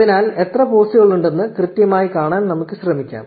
അതിനാൽ എത്ര പോസ്റ്റുകൾ ഉണ്ടെന്ന് കൃത്യമായി കാണാൻ നമുക്ക് ശ്രമിക്കാം